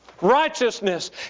righteousness